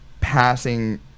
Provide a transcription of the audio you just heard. passing